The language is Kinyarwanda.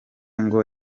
ngo